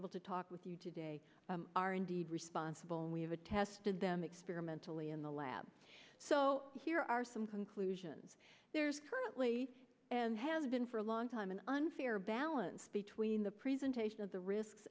able to talk with you today are indeed responsible and we have attested them experimentally in the lab so here are some conclusions there's currently and has been for a long time an unfair balance between the presentation of the risks